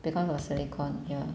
because of silicone ya